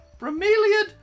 bromeliad